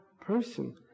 person